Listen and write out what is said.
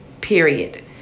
period